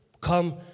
come